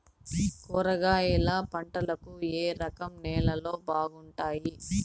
కూరగాయల పంటలకు ఏ రకం నేలలు బాగుంటాయి?